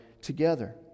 together